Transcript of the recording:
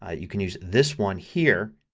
ah you can use this one here,